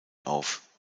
auf